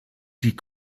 die